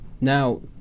now